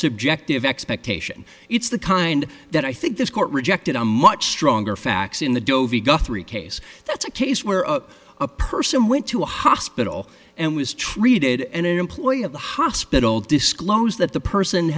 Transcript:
subjective expectation it's the kind that i think this court rejected a much stronger facts in the guthrie case that's a case where a person went to a hospital and was treated and an employee of the hospital disclosed that the person